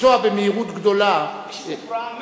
לנסוע במהירות גדולה מי שמופרע מת.